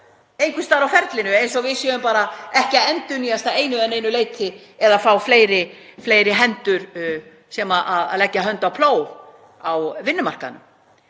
einhvers staðar á ferlinu, eins og við séum bara ekki endurnýjast að einu eða neinu leyti eða fá fleiri hendur sem leggja hönd á plóg á vinnumarkaðnum.